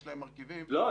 יש להם מרכיבים --- לא.